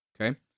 Okay